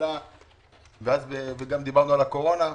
וגם דיברנו על הקורונה,